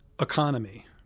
economy